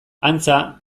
antza